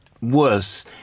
worse